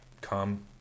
come